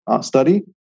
study